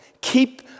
Keep